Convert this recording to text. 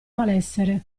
malessere